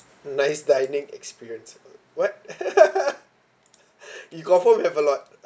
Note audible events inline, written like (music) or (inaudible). nice dining experience what (laughs) you confirm you have a lot